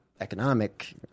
economic